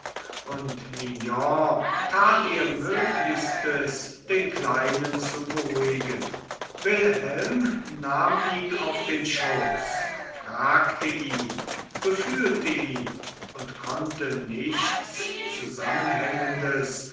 und mignon tat ihr möglichstes den kleinen zu beruhigen wilhelm nahm ihn auf den schoß fragte ihn befühlte ihn und konnte nichts zusammenhängendes